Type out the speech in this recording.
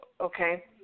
Okay